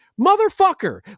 motherfucker